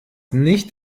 nicht